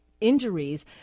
injuries